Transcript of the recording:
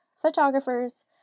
photographers